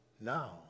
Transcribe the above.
now